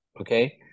Okay